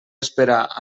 esperar